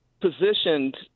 positioned